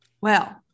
Well-